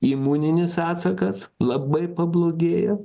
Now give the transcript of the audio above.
imuninis atsakas labai pablogėjo